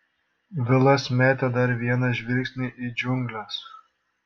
vilas metė dar vieną žvilgsnį į džiungles